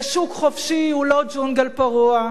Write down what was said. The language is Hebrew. ושוק חופשי הוא לא ג'ונגל פרוע.